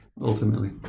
ultimately